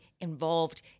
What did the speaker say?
involved